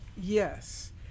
Yes